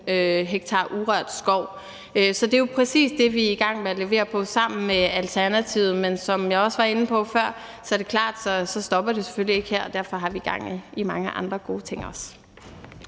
ha urørt skov. Så det er jo præcis det, vi er i gang med at levere på sammen med Alternativet, men som jeg også var inde på før, er det klart, at det selvfølgelig ikke stopper her, og derfor har vi også gang i mange andre gode ting.